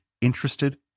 interested